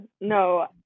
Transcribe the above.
no